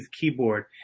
keyboard